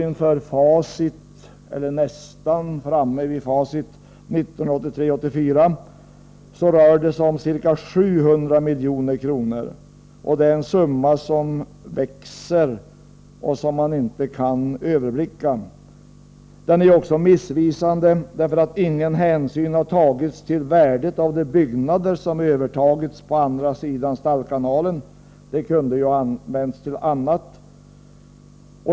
När vi nu 1983/84 nästan har facit rör sig kostnaderna om ca 700 milj.kr. — en summa som växer och som man inte kan överblicka. Den är också missvisande, därför att ingen hänsyn har tagits till värdet av de byggnader som övertagits på andra sidan Stallkanalen — de kunde ha använts till annat.